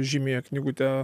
žymiąją knygutę